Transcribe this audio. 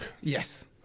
Yes